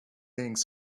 things